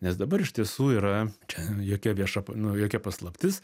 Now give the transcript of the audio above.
nes dabar iš tiesų yra čia jokia vieša nu jokia paslaptis